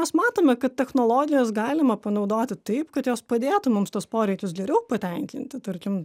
mes matome kad technologijas galima panaudoti taip kad jos padėtų mums tuos poreikius geriau patenkinti tarkim